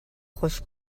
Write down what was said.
خوش